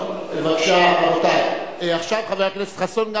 בבקשה, רבותי, עכשיו חבר הכנסת חסון.